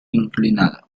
inclinado